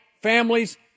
families